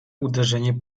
uderzenie